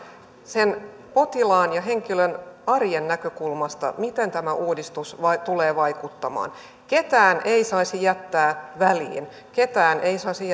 sen potilaan ja henkilön arjen näkökulmasta miten tämä uudistus tulee vaikuttamaan ketään ei saisi jättää väliin ketään ei saisi